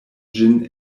ĝin